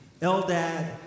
Eldad